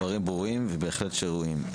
הדברים ברורים ובהחלט ראויים.